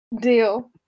Deal